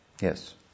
Yes